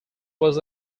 was